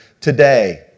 today